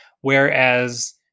Whereas